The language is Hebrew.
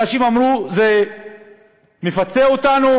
אנשים אמרו: זה מפצה אותנו,